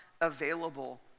available